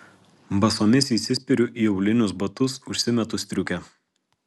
basomis įsispiriu į aulinius batus užsimetu striukę